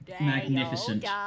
magnificent